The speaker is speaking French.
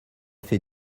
fait